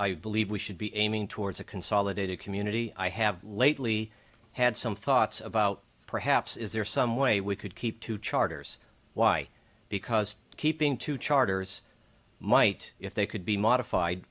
to believe we should be aiming towards a consolidated community i have lately had some thoughts about perhaps is there some way we could keep two charters why because keeping two charters might if they could be modified